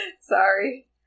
Sorry